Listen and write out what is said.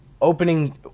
opening